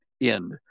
end